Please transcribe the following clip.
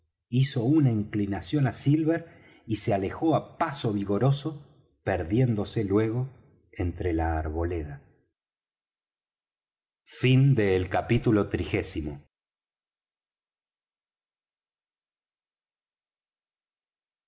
hizo una inclinación á silver y se alejó á paso vigoroso perdiéndose luego entre la arboleda capítulo